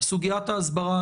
סוגיית ההסברה,